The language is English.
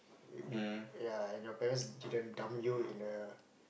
ya and your parents didn't dump you in a